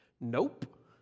Nope